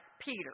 Peter